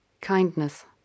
kindness